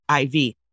IV